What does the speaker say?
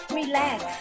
relax